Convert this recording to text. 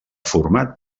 format